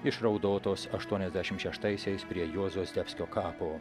išraudotos aštuoniasdešimt šeštaisiais prie juozo zdebskio kapo